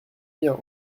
bien